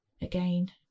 Again